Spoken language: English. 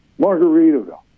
Margaritaville